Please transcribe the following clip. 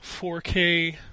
4K